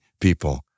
people